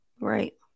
right